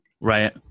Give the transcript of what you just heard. Right